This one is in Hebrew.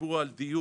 דיברו על דיור,